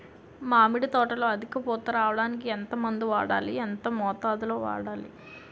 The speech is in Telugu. మామిడి తోటలో అధిక పూత రావడానికి ఎంత మందు వాడాలి? ఎంత మోతాదు లో వాడాలి?